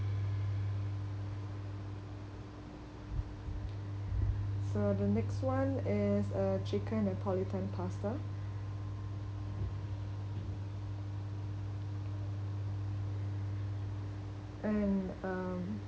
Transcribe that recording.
so the next one is uh chicken napolitan pasta and um